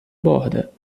borda